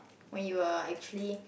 when you're actually